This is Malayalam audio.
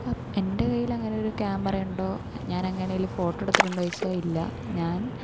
എന്റെ കൈയില് അങ്ങനെ ഒരു ക്യാമറ ഉണ്ടോ ഞാന് അങ്ങനെ വല്ല ഫോട്ടോ എടുത്തിട്ടുണ്ടോ എന്നു ചോദിച്ചാൽ ഇല്ല ഞാന്